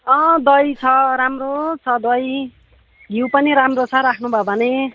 दही छ राम्रो छ दही घिउ पनि राम्रो छ राख्नु भयो भने